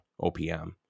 OPM